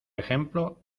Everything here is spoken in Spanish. ejemplo